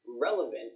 relevant